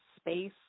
space